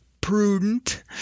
prudent